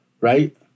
Right